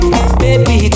Baby